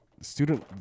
student